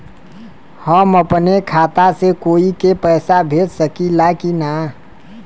हम अपने खाता से कोई के पैसा भेज सकी ला की ना?